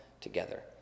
together